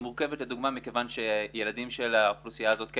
היא מורכבת לדוגמה מכיוון שילדים של האוכלוסייה הזאת כן